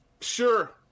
Sure